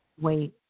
wait